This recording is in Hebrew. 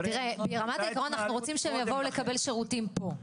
ברמת העיקרון אנחנו רוצים שהם יבואו לקבל שירותים פה.